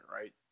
right